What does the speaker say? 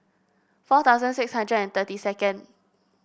four thousand six hundred and thirty second